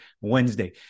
Wednesday